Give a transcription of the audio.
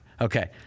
Okay